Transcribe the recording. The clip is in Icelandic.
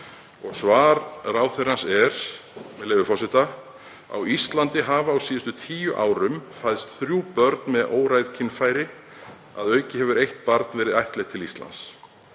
Svar ráðherrans er, með leyfi forseta: „Á Íslandi hafa á síðustu tíu árum fæðst þrjú börn með óræð kynfæri. Að auki hefur eitt barn verið ættleitt til landsins.“